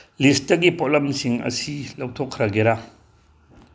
ꯂꯤꯁꯇꯒꯤ ꯄꯣꯠꯂꯝꯁꯤꯡ ꯑꯁꯤ ꯂꯧꯊꯣꯛꯈ꯭ꯔꯒꯦꯔꯥ